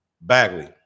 Bagley